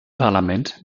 parlament